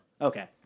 Okay